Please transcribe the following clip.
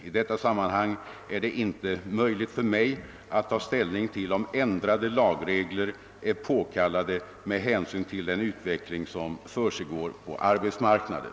I detta sammanhang är det inte möjligt för mig att ta ställning till om ändrade lagregler är påkallade med hänsyn till den utveckling som försiggår på arbetsmarknaden.